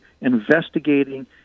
investigating